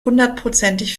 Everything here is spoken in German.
hundertprozentig